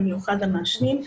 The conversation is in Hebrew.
במיוחד למעשנים.